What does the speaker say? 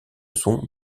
son